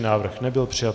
Návrh nebyl přijat.